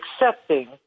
accepting